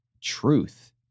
truth